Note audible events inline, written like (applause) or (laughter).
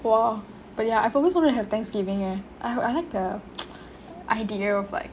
!wah! but ya I've always wanted to have thanksgiving eh I I like the (noise) idea of like